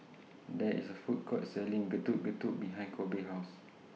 There IS A Food Court Selling Getuk Getuk behind Kobe's House